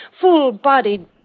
full-bodied